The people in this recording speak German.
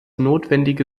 notwendige